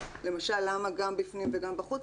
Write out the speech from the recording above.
למשל למה גם בפנים וגם בחוץ.